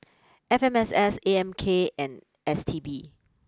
F M S S A M K and S T B